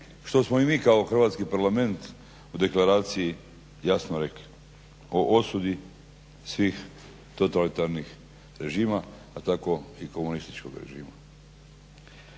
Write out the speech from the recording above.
što smo i mi kao Hrvatski parlament u deklaraciji jasno rekli o osudi svih totalitarnih režima pa tako i komunističkog režima.